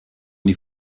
die